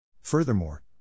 Furthermore